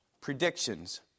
predictions